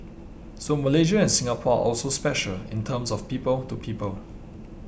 so Malaysia and Singapore are also special in terms of people to people